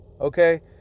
okay